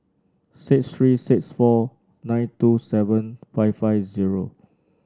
six three six four nine two seven five five zero